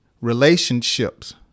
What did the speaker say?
Relationships